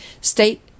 State